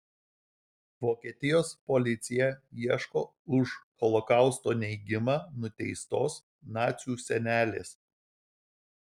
vokietijos policija ieško už holokausto neigimą nuteistos nacių senelės